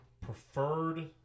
preferred